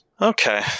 Okay